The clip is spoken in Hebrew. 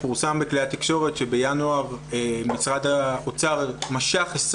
פורסם בכלי התקשורת שבינואר משרד האוצר משך 20